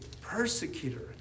persecutor